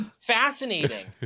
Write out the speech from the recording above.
fascinating